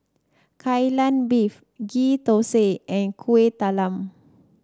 Kai Lan Beef Ghee Thosai and Kueh Talam